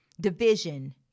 division